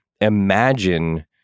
imagine